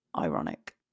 ironic